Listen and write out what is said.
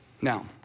Now